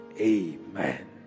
amen